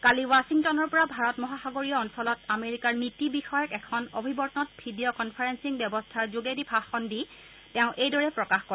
কালি ৱাছিংটনৰ পৰা ভাৰত মহাসাগৰীয় অঞ্চলত আমেৰিকাৰ নীতি বিষয়ক এখন অভিৱৰ্তনত ভিডিঅ কনফাৰেলিং ব্যৱস্থাৰ যোগেদি ভাষণ দি তেওঁ এইদৰে প্ৰকাশ কৰে